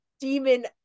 demon